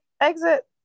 Exit